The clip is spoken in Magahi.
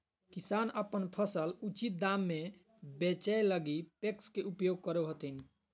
किसान अपन फसल उचित दाम में बेचै लगी पेक्स के उपयोग करो हथिन